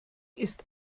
ist